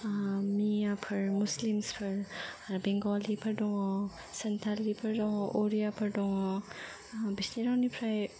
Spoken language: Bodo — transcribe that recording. मियाफोर मुस्लिम्सफोर आरो बेंगलिफोर दङ सानथालिफोर दङ अरियाफोर दङ बिसोरनिफ्राय